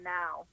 now